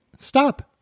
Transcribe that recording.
stop